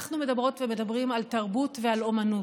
אנחנו מדברות ומדברים על תרבות ועל אומנות.